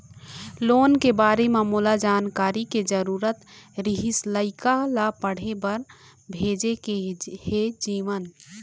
loan के बारे म मोला जानकारी के जरूरत रीहिस, लइका ला पढ़े बार भेजे के हे जीवन